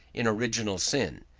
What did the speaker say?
in original sin.